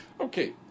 Okay